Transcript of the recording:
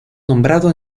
nombrado